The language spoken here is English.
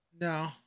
No